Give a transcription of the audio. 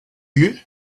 you